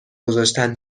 گذاشتن